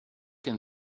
can